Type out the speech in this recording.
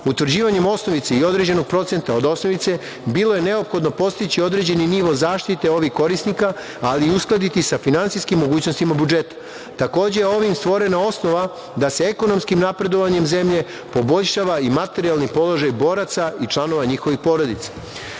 pravo. Utvrđivanjem osnovice i određenog procenta od osnovice bilo je neophodno postići određeni nivo zaštite ovih korisnika, ali i uskladiti sa finansijskim mogućnostima budžeta. Takođe, ovim je stvoreno osnova da se ekonomskim napredovanjem zemlje, poboljšava i materijalni položaj boraca i članova njihovih porodica.